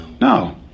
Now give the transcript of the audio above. No